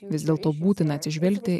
vis dėlto būtina atsižvelgti